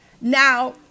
Now